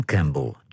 Campbell